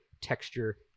texture